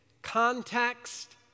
Context